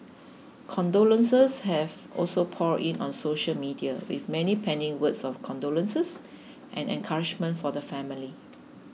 condolences have also poured in on social media with many penning words of condolences and encouragement for the family